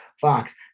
Fox